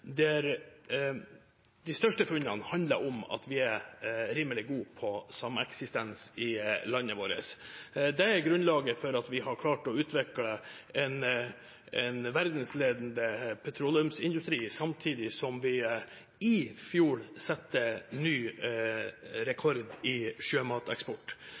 de største funnene handler om at vi er rimelig gode på sameksistens i landet vårt. Det er grunnlaget for at vi har klart å utvikle en verdensledende petroleumsindustri samtidig som vi i fjor satte ny rekord i sjømateksport.